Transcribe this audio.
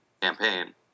campaign